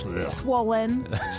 Swollen